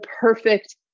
perfect